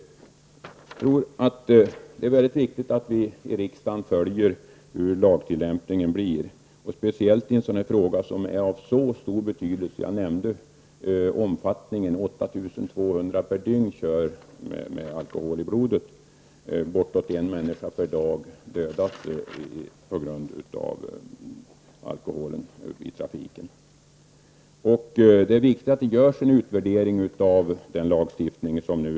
Jag tror att det är viktigt att vi i riksdagen följer detta och ser hur det blir med tillämpningen av lagen -- speciellt i en sådan här fråga, som är av mycket stor betydelse. Jag har nämnt omfattningen här. Det är alltså 8 200 Bortemot en människa dödas varje dag på grund av alkoholen i trafiken. Det är således viktigt att det görs en utvärdering av den nya lagstiftningen.